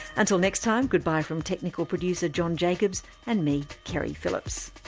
until next time, goodbye from technical producer john jacobs and me, keri phillips